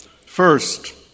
First